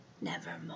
nevermore